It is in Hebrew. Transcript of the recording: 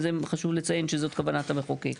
וזה חשוב לציין שזאת כוונת המחוקק.